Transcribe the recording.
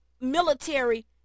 military